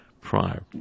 prior